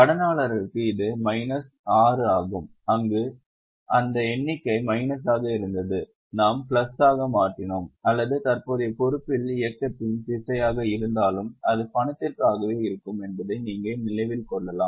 கடனாளருக்கு இது மைனஸ் 6 ஆகும் அங்கு அந்த எண்ணிக்கை மைனஸாக இருந்தது நாம் பிளஸாக மாற்றினோம் அல்லது தற்போதைய பொறுப்பில் இயக்கத்தின் திசையாக இருந்தாலும் அது பணத்திற்காகவே இருக்கும் என்பதை நீங்கள் நினைவில் கொள்ளலாம்